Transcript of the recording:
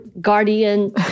guardian